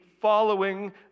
following